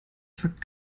fakt